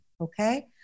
okay